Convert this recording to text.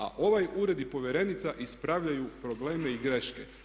A ovaj ured i povjerenica ispravljaju probleme i greške.